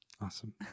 Awesome